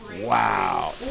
wow